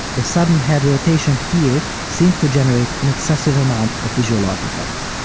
the sudden head rotation here seems to generate an excessive amount of visual artifacts.